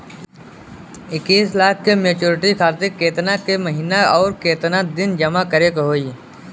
इक्कीस लाख के मचुरिती खातिर केतना के महीना आउरकेतना दिन जमा करे के होई?